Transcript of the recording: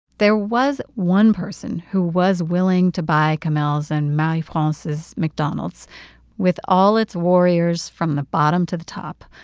there was one person who was willing to buy kamel's and marie france's mcdonald's with all its warriors from the bottom to the top,